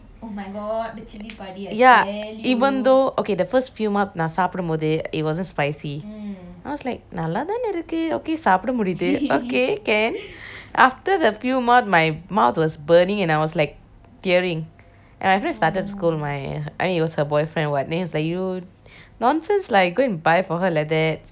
ya even though okay the first few mouth நான் சாப்பிடும்போது:naan sapdumpothu it wasn't spicy and I was like நல்லாதானே இருக்கு:nallathaane irukku okay சாப்பிட முடியுது:sappide mudiyuthu okay can after the few mouth my mouth was burning and I was like tearing and I started scold my I mean it was her boyfriend [what] then he was like you nonsense lah you go and buy for her like that see you sabotage she cannot eat